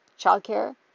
childcare